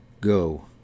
Go